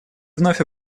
вновь